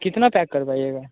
कितना पैक करवाइएगा